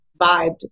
vibed